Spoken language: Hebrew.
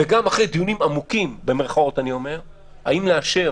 גם אחרי דיונים עמוקים, במירכאות, האם לאשר